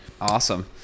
awesome